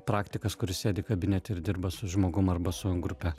praktikas kuris sėdi kabinete ir dirba su žmogum arba su grupe